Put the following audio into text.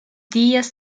días